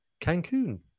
Cancun